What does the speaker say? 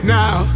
now